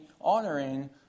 honoring